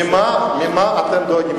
ממה אתם דואגים?